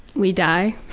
we die?